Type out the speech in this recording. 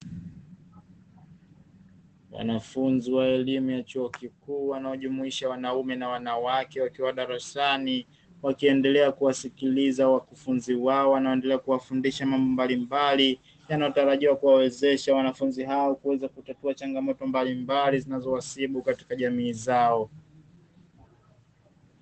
Wanafunzi wa elimu ya chuo kikuu wanaojumuisha wanaume na wanawake, wakiwa darasani wakiendelea kuwasikiliza wakufunzi wao wanaoendelea kuwafundisha mambo mbalimbali, yanayotarajiwa kuwawezesha wanafunzi hao kuweza kutatua changamoto mbalimbali zinazowasibu katika jamii zao.